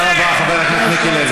תודה רבה, חבר הכנסת מיקי לוי.